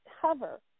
cover